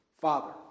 Father